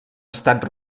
estat